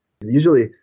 Usually